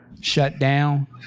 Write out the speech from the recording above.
shutdown